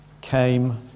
came